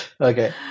Okay